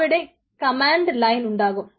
അവിടെ command line ഉണ്ടാകും